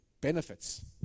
benefits